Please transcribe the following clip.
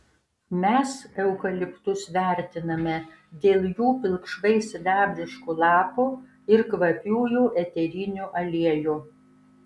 mes eukaliptus vertiname dėl jų pilkšvai sidabriškų lapų ir kvapiųjų eterinių aliejų